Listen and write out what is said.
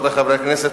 רבותי חברי הכנסת,